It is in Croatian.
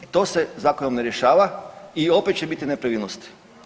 To se zakonom ne rješava i opet će biti nepravilnosti.